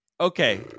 Okay